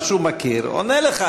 מה שהוא מכיר, עונה לך.